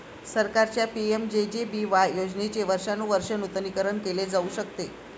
सरकारच्या पि.एम.जे.जे.बी.वाय योजनेचे वर्षानुवर्षे नूतनीकरण केले जाऊ शकते